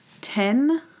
ten